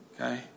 Okay